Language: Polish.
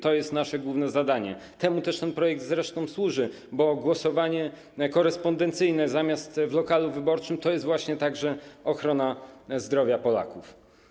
To jest nasze główne zadanie, temu też ten projekt zresztą służy, bo głosowanie korespondencyjne zamiast w lokalu wyborczym to jest właśnie także ochrona zdrowia Polaków.